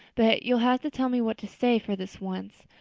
but you'll have to tell me what to say for this once.